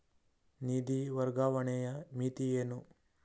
ನಿಧಿ ವರ್ಗಾವಣೆಯ ಮಿತಿ ಏನು?